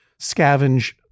scavenge